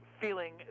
feeling